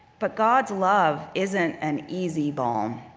but god's love isn't an easy balm.